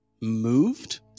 moved